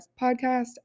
Podcast